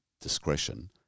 discretion